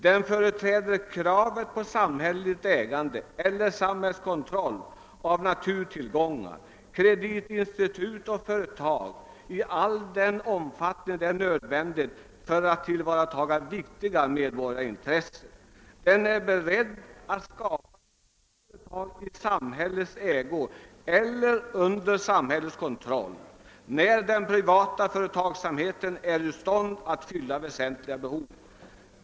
Den företräder kravet på samhälleligt ägande eller samhällskontroll av naturtillgångar, kreditinstitut och företag i all den omfattning det är nödvändigt för att tillvarata viktiga medborgarintressen. Den är beredd att skapa nya företag i samhällets ägo eller under samhällets kontroll, när den privata företagsamheten är ur stånd ati fylla väsentliga behov.